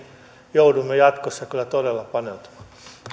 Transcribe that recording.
joudumme jatkossa kyllä todella paneutumaan